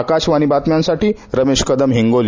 आकाशवाणी बातम्यांसाठी रमेश कदम हिंगोली